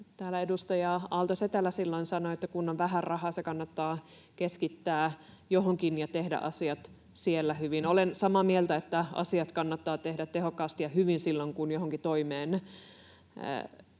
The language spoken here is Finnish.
Täällä edustaja Aalto-Setälä silloin sanoi, että kun on vähän rahaa, se kannattaa keskittää johonkin ja tehdä asiat siellä hyvin. Olen samaa mieltä, että asiat kannattaa tehdä tehokkaasti ja hyvin silloin, kun johonkin toimeen aletaan,